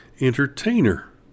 entertainer